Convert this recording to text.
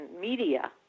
media